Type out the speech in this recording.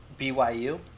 BYU